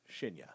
Shinya